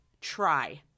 Try